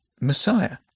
Messiah